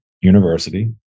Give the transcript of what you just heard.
University